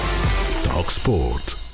TalkSport